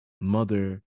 mother